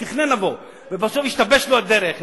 הוא תכנן לבוא ובסוף השתבשה לו הדרך,